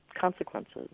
consequences